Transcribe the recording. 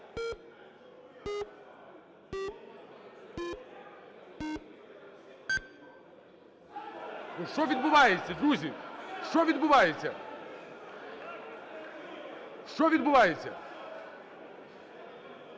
що відбувається, друзі? Що відбувається? Що відбувається?